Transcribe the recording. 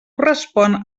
correspon